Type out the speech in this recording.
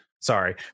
sorry